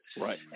Right